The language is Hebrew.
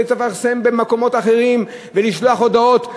וצריך לפרסם במקומות אחרים ולשלוח הודעות.